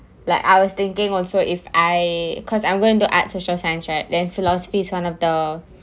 like I was thinking also if I because I'm going to art social science right then philosophy is one of the